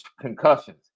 concussions